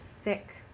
thick